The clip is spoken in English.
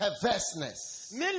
Perverseness